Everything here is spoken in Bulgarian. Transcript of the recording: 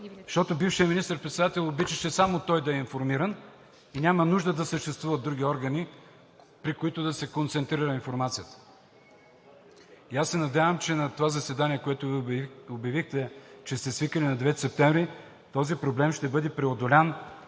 Защото бившият министър-председател обичаше само той да е информиран и няма нужда да съществуват други органи, при които да се концентрира информацията. Аз се надявам, че на това заседание, което Вие обявихте, че сте свикали на 9 септември, този проблем ще бъде преодолян,